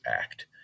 act